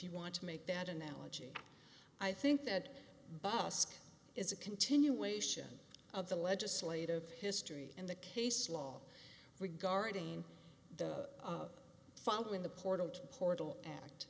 you want to make that analogy i think that bus is a continuation of the legislative history in the case law regarding the fall in the portal to portal act